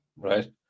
Right